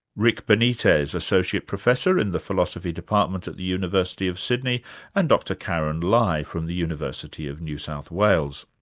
rick benitez, associate professor in the philosophy department at the university of sydney and dr karyn lai, from the university of new south wales.